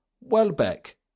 Welbeck